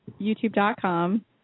YouTube.com